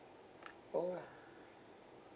oh